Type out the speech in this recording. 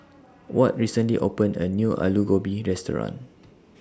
Ward recently opened A New Alu Gobi Restaurant